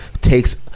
takes